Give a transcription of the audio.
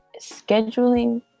scheduling